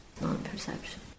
non-perception